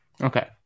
Okay